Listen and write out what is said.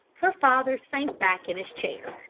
her father sank back in his chair.